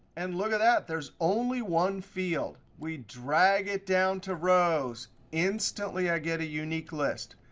and look at that. there's only one field. we drag it down to rows. instantly, i get a unique list.